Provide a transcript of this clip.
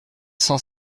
cent